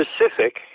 specific